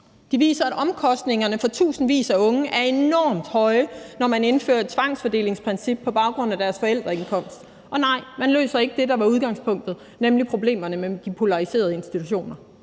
De viser, at omkostningerne for tusindvis af unge er enormt høje, når man indfører et tvangsfordelingsprincip på baggrund af deres forældres indkomst. Og nej, man løser ikke det, der var udgangspunktet, nemlig problemerne med de polariserede institutioner.